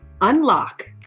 unlock